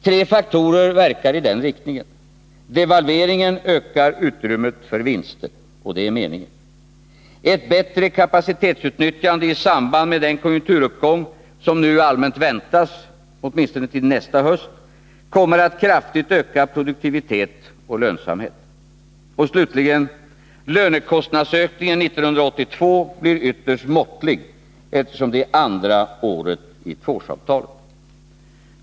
Tre faktorer verkar i den riktningen. Devalveringen ökar utrymmet för vinster, och det är meningen. Ett bättre kapacitetsutnyttjande i samband med den konjunkturuppgång, som nu allmänt väntas åtminstone nästa höst, kommer att kraftigt öka produktivitet och lönsamhet. Och, slutligen, lönekostnadsökningen 1982 blir ytterst måttlig, eftersom det är andra året i tvåårsavtalet.